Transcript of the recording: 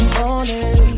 morning